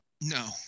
no